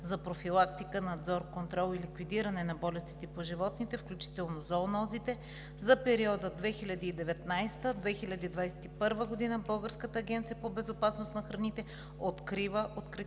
за профилактика, надзор, контрол и ликвидиране на болестите по животните, включително зоонозите за периода 2019 – 2021 г., Българската агенция по безопасност на храните открива процедури